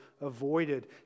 avoided